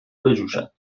بجوشد